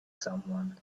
someone